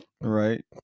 right